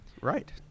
Right